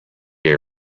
air